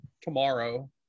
tomorrow